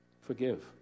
Forgive